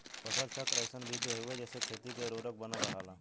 फसल चक्र अइसन विधि हउवे जेसे खेती क उर्वरक बनल रहला